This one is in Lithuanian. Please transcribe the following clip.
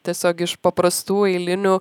tiesiog iš paprastų eilinių